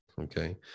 Okay